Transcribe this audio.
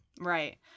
Right